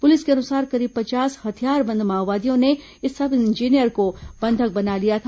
police के अनुसार करीब पचास हथियारबंद माओवादियों ने इस सब इंजीनियर को बंधक बना लिया था